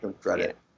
credit